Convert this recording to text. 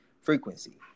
frequency